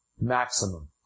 maximum